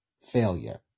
failure